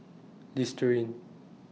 Listerine